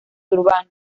urbano